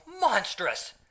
monstrous